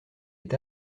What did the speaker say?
est